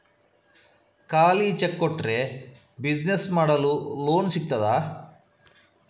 ಖಾಲಿ ಚೆಕ್ ಕೊಟ್ರೆ ಬಿಸಿನೆಸ್ ಮಾಡಲು ಲೋನ್ ಸಿಗ್ತದಾ?